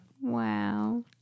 Wow